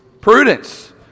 Prudence